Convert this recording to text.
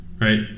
right